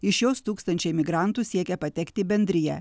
iš jos tūkstančiai migrantų siekia patekti į bendriją